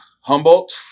Humboldt